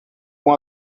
com